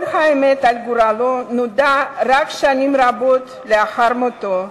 כל האמת על גורלו נודעה רק שנים רבות לאחר מותו,